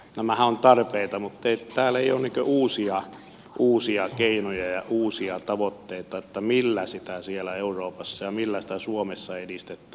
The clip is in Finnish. nämähän ovat tarpeita mutta täällä ei ole uusia keinoja ja uusia tavoitteita millä sitä siellä euroopassa ja millä sitä suomessa edistettäisiin